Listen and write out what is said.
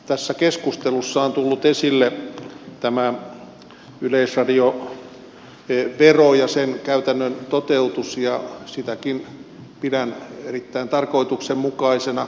tässä keskustelussa on tullut esille yleisradiovero ja sen käytännön toteutus ja sitäkin pidän erittäin tarkoituksenmukaisena